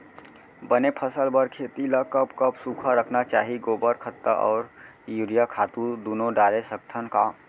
बने फसल बर खेती ल कब कब सूखा रखना चाही, गोबर खत्ता और यूरिया खातू दूनो डारे सकथन का?